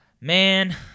Man